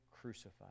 crucified